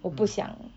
我不想